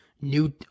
New